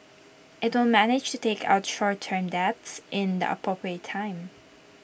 IT will manage to take out short term debts in the appropriate time